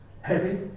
heavy